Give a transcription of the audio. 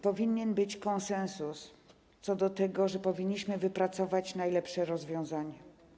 Powinien być konsensus co do tego, że powinniśmy wypracować najlepsze rozwiązanie.